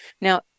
Now